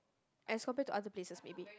as compare to other places maybe